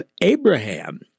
Abraham